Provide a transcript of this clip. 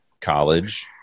college